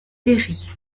terry